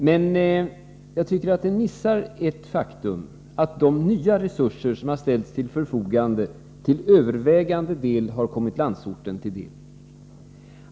Men jag tycker att den missar det faktum att de nya resurser som ställs till förfogande till övervägande delen kommit landsorten till del.